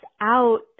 out